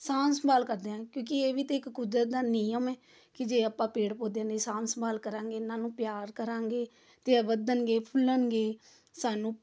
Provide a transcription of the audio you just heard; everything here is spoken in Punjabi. ਸਾਂਭ ਸੰਭਾਲ ਕਰਦੇ ਹਾਂ ਕਿਉਂਕਿ ਇਹ ਵੀ ਤਾਂ ਇੱਕ ਕੁਦਰਤ ਦਾ ਨਿਯਮ ਹੈ ਕਿ ਜੇ ਆਪਾਂ ਪੇੜ ਪੌਦਿਆਂ ਦੀ ਸਾਂਭ ਸੰਭਾਲ ਕਰਾਂਗੇ ਇਹਨਾਂ ਨੂੰ ਪਿਆਰ ਕਰਾਂਗੇ ਤਾਂ ਇਹ ਵੱਧਣਗੇ ਫੁੱਲਣਗੇ ਸਾਨੂੰ